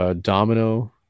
Domino